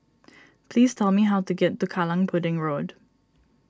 please tell me how to get to Kallang Pudding Road